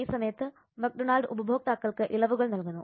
ഈ സമയത്ത് മക്ഡൊണാൾഡ് ഉപഭോക്താക്കൾക്ക് ഇളവുകൾ നൽകുന്നു